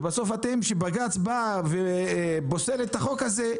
ובסוף כשבג"צ פוסל את החוק אתם מתלוננים